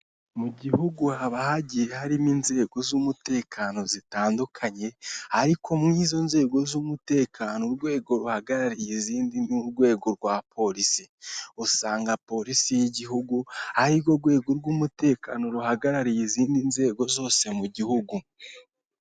Mu gihugu haba hagiye harimo inzego z'umutekano zitandukanye ariko mwizo nzego z'umutekano urwego ruhagarariye izindi rwego rwa polisi usanga polisi y'igihugu ari urwego rw'umutekano ruhagarariye izindi nzego zose mu gihugu.